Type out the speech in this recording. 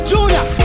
Junior